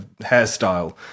hairstyle